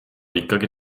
ikkagi